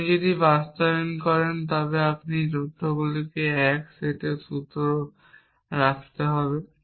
আপনি যদি এটি বাস্তবায়ন করেন তবে আমাদের এমন তথ্যগুলিকে এক সেট সূত্রে রাখতে হবে